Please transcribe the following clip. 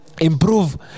improve